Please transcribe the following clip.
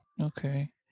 Okay